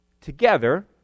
together